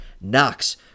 Knox